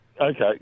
Okay